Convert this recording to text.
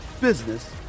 business